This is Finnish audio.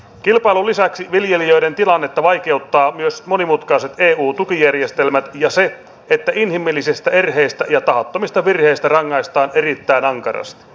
kilpailun lisäksi viljelijöiden tilannetta vaikeuttavat myös monimutkaiset eu tukijärjestelmät ja se että inhimillisestä erheestä ja tahattomista virheistä rangaistaan erittäin ankarasti